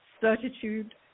certitude